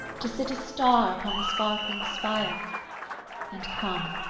to sit a star upon the sparkling spire and come,